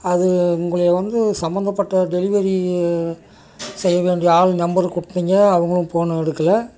அது உங்களை வந்து சம்மந்தப்பட்ட டெலிவரி செய்ய வேண்டிய ஆள் நம்பர் கொடுத்தீங்க அவங்களும் ஃபோன் எடுக்கலை